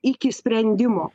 iki sprendimo